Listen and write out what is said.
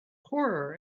horror